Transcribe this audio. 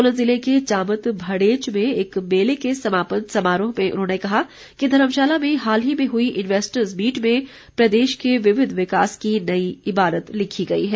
सोलन जिले के चामत भड़ेच में एक मेले के समापन समारोह में उन्होंने कहा कि धर्मशाला में हाल ही में हुई इन्वैस्टर्स मीट में प्रदेश के विविध विकास की नई इबारत लिखी गई है